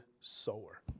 sower